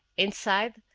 inside,